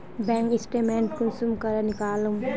Bank statement कुंसम करे निकलाम?